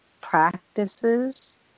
practices